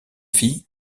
fille